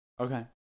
Okay